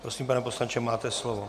Prosím, pane poslanče, máte slovo.